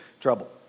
trouble